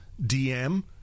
DM